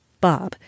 Bob